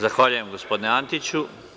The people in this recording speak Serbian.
Zahvaljujem gospodine Antiću.